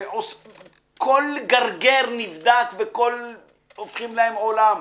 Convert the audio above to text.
שכל גרגר נבדק, והופכים להם עולם.